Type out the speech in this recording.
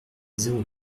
zéro